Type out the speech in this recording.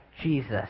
Jesus